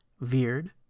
veered